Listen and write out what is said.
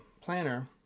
planner